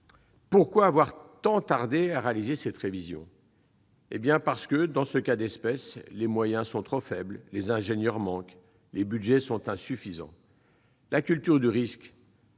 Pourquoi avoir tant tardé à procéder à cette révision ? Parce que, dans le cas d'espèce, les moyens sont trop faibles, les ingénieurs manquent, les budgets sont insuffisants. Développer la culture du risque, ce n'est pas